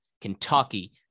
Kentucky